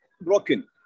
broken